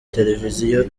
televiziyo